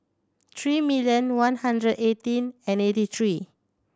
three million one hundred eighteen and eighty three